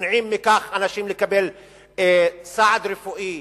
מונעים מאנשים לקבל סעד רפואי,